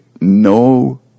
no